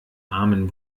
armen